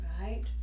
right